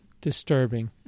disturbing